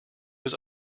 was